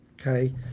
okay